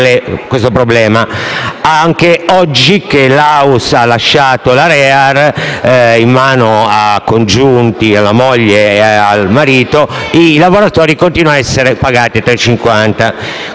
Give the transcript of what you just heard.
questo problema. Anche oggi che Laus ha lasciato la Rear in mano a congiunti (moglie e marito) i lavoratori continuano a essere pagati 3,50 euro.